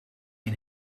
een